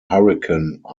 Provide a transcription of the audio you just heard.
hurricane